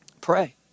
Pray